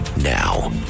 Now